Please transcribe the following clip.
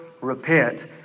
repent